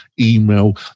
email